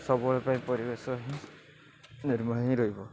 ସବୁବେଳ ପାଇଁ ପରିବେଶ ହିଁ ନିର୍ମଳ ହିଁ ରହିବ